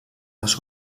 les